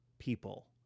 people